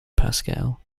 pascal